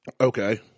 okay